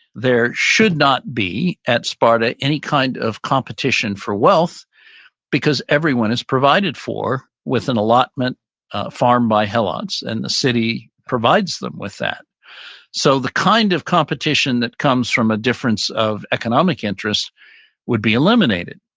there should not be at sparta any kind of competition for wealth because everyone is provided for within allotment, a farm by helots and the city provides them with that so the kind of competition that comes from a difference of economic interests would be eliminated.